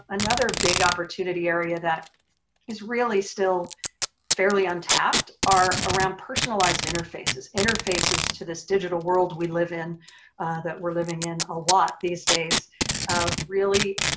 another big opportunity area that is really still fairly untapped are around personalized interfaces, interfaces to this digital world we live in that we're living in a lot these days really